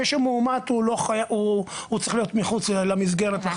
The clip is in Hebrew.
מי שמאומת הוא צריך להיות מחוץ למסגרת.